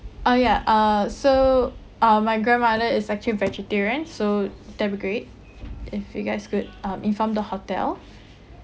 uh yeah uh so uh my grandmother is actually vegetarian so that'll be great if you guys could um inform the hotel